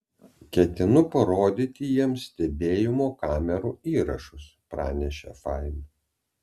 ketinu parodyti jiems stebėjimo kamerų įrašus pranešė fain